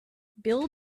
bill